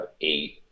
eight